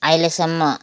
अहिलेसम्म